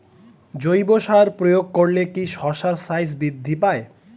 জৈব সার প্রয়োগ করলে কি শশার সাইজ বৃদ্ধি পায়?